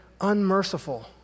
unmerciful